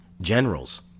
generals